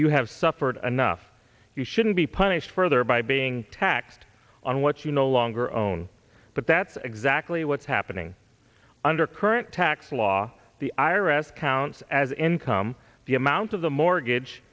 you have suffered enough you shouldn't be punished further by being taxed on what you no longer own but that's exactly what's happening under current tax law the i r s counts as income the amount of the mortgage